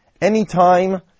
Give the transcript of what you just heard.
Anytime